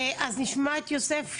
אז נשמע את יוסף שווינגר,